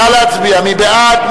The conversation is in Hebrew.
נא להצביע, מי בעד?